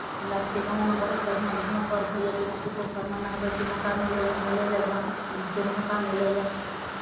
हमरा सभके गाँवमे बहुत बढ़िआँ बढ़िआँ पर्व होइए जाहिमे कि पोखरिमे नहबैके मौका मिलैए हेलय लए जान् के मौका मिलैए